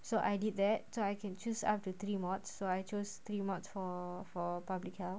so I did that so I can choose up to three mods so I choose three mods for for public health